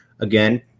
Again